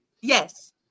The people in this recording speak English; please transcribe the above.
Yes